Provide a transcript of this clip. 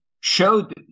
showed